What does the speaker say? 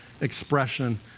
expression